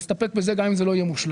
נסתפק בזה גם אם זה לא יהיה מושלם.